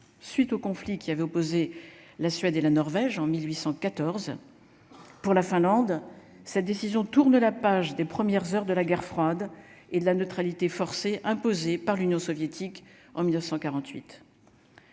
suite au conflit qui avait opposé la Suède et la Norvège en 1814 pour la Finlande cette décision tourne la page des premières heures de la guerre froide et de la neutralité forcée imposée par l'Union soviétique en 1948.